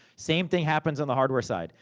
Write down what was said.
same thing happens on the hardware side.